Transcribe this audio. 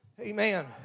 Amen